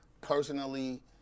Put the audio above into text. personally